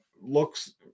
looks